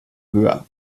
höher